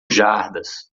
jardas